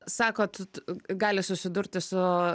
sakot gali susidurti su